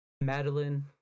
Madeline